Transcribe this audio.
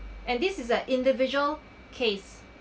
and this is an individual case